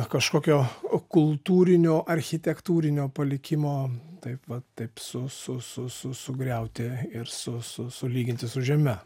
kažkokio kultūrinio architektūrinio palikimo taip vat taip su su su sugriauti ir su su sulyginti su žeme